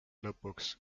lõpuks